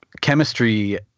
chemistry